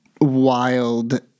wild